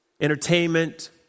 entertainment